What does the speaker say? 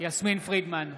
יסמין פרידמן,